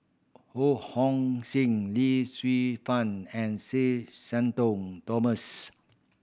Ho Hong Sing Lee Shu Fen and Sir Shenton Thomas